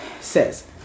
says